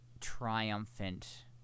triumphant